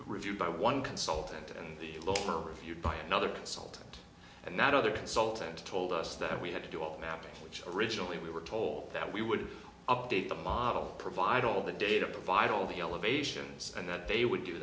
reviewed by one consultant and the lower a few by another consultant and that other consultant told us that we had to do all mapping which originally we were told that we would update the model provide all the data provide all the elevations and that they would do